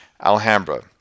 Alhambra